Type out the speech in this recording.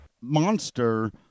monster